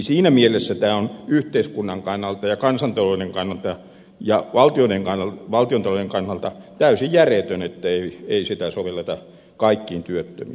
siinä mielessä tämä on yhteiskunnan kannalta ja kansantalouden kannalta ja valtiontalouden kannalta täysin järjetöntä ettei sitä sovelleta kaikkiin työttömiin